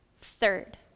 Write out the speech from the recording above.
Third